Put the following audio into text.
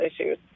issues